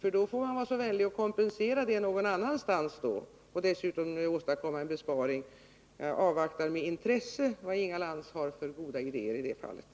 där. Man får vara så vänlig och någon annanstans kompensera detta och dessutom anvisa möjligheter till besparingar. Jag avvaktar med intresse vilka goda idéer Inga Lantz har i det fallet.